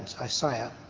Isaiah